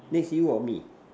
next you or me